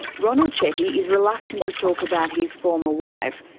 ronald chetty is reluctant to talk about his former wife.